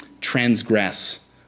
transgress